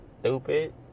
stupid